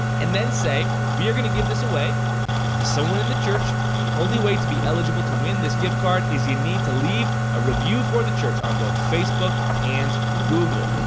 and then say, we are gonna give this away to someone in the church, and the only way to be eligible to win this gift card is you need to leave a review for the church on both facebook and google.